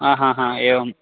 हा हा हा एवम्